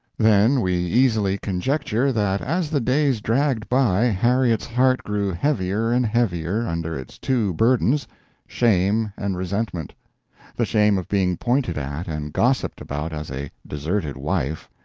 then we easily conjecture that as the days dragged by harriet's heart grew heavier and heavier under its two burdens shame and resentment the shame of being pointed at and gossiped about as a deserted wife,